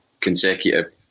consecutive